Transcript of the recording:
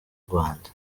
rwanda